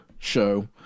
show